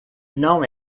não